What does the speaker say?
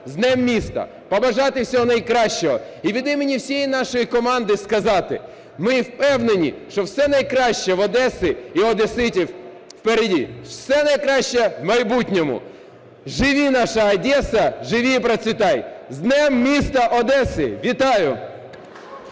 Днем міста, побажати всього найкращого. І від імені всієї нашої команди сказати: ми впевнені, що все найкраще у Одеси і одеситів впереди, все найкраще в майбутньому. Живи наша Одесса, живи и процветай! З Днем міста Одеси! Вітаю!